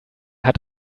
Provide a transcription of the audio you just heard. hat